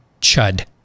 Chud